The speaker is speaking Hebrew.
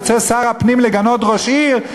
יוצא שר הפנים לגנות ראש עיר,